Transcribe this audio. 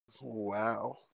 Wow